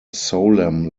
solemn